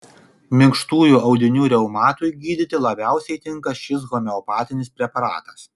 minkštųjų audinių reumatui gydyti labiausiai tinka šis homeopatinis preparatas